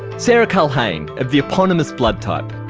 sarah culhane of the eponymous blood type.